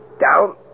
down